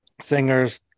singers